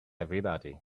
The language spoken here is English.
everybody